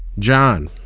john.